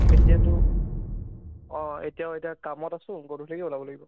এতিয়াতো অঁ এতিয়াও এতিয়া কামত আছোঁ গধূলিকৈ ওলাব লাগিব